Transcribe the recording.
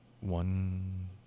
one